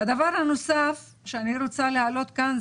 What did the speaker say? הדבר הנוסף שאני רוצה להעלות כאן,